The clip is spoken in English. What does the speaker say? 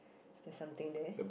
there's something there